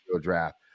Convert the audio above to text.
draft